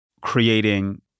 creating